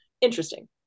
Interesting